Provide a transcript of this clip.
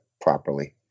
properly